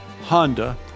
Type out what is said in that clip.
Honda